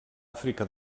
àfrica